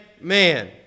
man